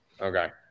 Okay